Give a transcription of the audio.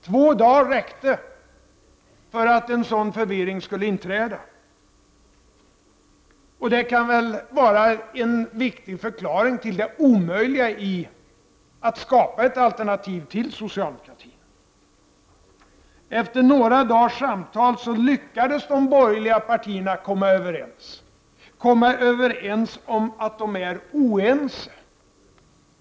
Två dagar räckte för att en sådan förvirring skulle inträda, och det kan väl vara en viktig förklaring till det omöjliga i att skapa ett alternativ till socialdemokratin. Efter några dagars samtal lyckades de borgerliga partierna komma överens, nämligen om att de är oense.